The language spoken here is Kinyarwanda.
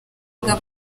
bwa